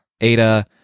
Ada